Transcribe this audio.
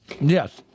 yes